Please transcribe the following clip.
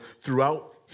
throughout